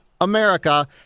America